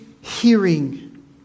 hearing